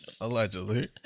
Allegedly